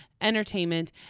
entertainment